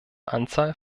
anzahl